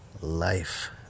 life